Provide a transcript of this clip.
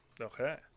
Okay